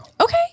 Okay